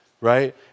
Right